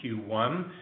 q1